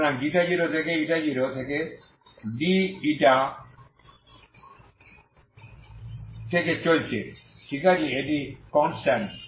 সুতরাং 0থেকে 0 থেকে dη থেকে চলছে ঠিক আছে এটি কনস্ট্যান্ট